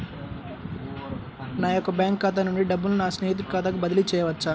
నా యొక్క బ్యాంకు ఖాతా నుండి డబ్బులను నా స్నేహితుని ఖాతాకు బదిలీ చేయవచ్చా?